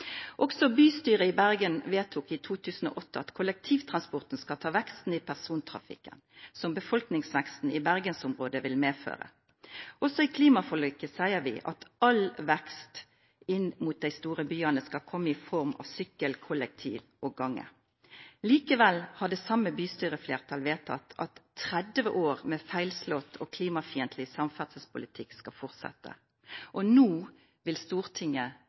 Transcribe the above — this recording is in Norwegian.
Også bystyret i Bergen vedtok i 2008 at «kollektivtrafikken skal ta veksten i persontrafikken» som befolkningsveksten i Bergensområdet vil medføre. Også i klimaforliket sier vi at all vekst i persontrafikken inn mot de store byene skal komme i form av sykkel, gange og kollektivtrafikk. Likevel har det samme bystyreflertall vedtatt at 30 år med feilslått og klimafiendtlig samferdselspolitikk skal fortsette. Nå vil Stortinget